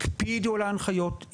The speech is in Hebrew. הקפידו על ההנחיות,